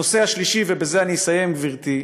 הנושא השלישי, ובזה אסיים, גברתי,